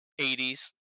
80s